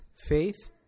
faith